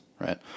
right